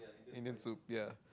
Indian soup ya